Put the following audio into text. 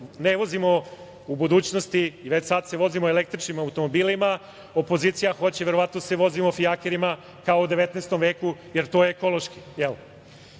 ne vozimo u budućnosti, već sad se vozimo električnim automobilima. Opozicija hoće verovatno da se vozimo fijakerima, kao u 19. veku, jer to je ekološki.